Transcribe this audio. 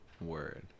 word